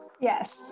Yes